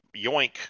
yoink